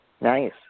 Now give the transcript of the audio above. Nice